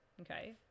okay